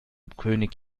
könig